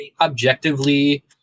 objectively